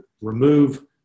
remove